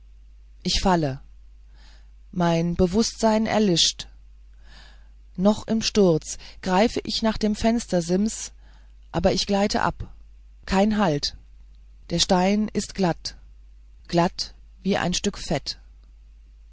ich falle mein bewußtsein erlischt noch im sturz greife ich nach dem fenstersims aber ich gleite ab kein halt der stein ist glatt glatt wie ein stück fett